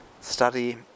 study